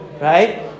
right